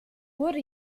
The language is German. wurde